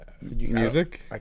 Music